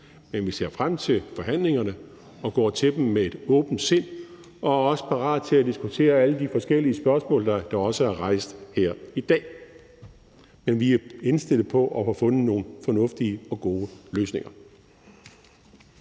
Men vi ser frem til forhandlingerne og går til dem med et åbent sind, og vi er også parate til at diskutere alle de forskellige spørgsmål, der også er rejst her i dag. Vi er indstillet på at få fundet nogle fornuftige og gode løsninger.